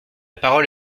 parole